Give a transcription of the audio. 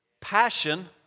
passion